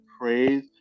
praise